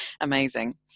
amazing